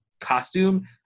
costume